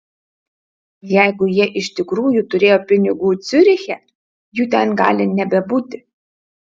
jeigu jie iš tikrųjų turėjo pinigų ciuriche jų ten gali nebebūti